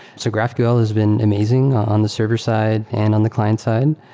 so graphql has been amazing on the server side and on the client side.